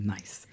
Nice